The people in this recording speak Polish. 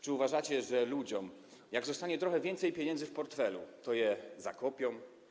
Czy uważacie, że gdy ludziom zostanie trochę więcej pieniędzy w portfelu, to je zakopią?